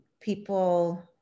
people